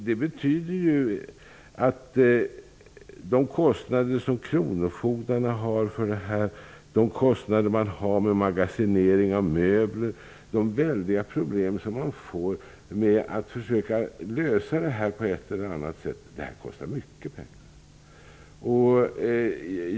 Det betyder ju att de kostnader som kronofogdarna har för det här, kostnaderna för magasinering av möbler och de väldiga problem som följer när man på ett eller annat sätt söker nå en lösning uppgår till stora belopp.